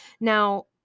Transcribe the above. Now